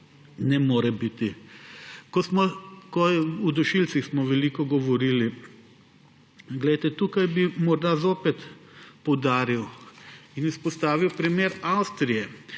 ne more biti. O dušilcih smo veliko govorili. Tukaj bi morda zopet poudaril in izpostavil primer Avstrije.